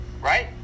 right